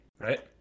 right